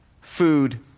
Food